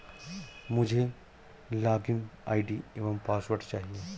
मुझें login ID एवं password चाहिए